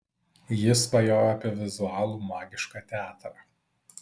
ji svajojo apie vizualų magišką teatrą